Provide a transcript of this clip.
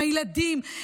עם הילדים,